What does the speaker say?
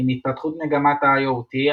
עם התפתחות מגמת ה-IoT,